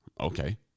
Okay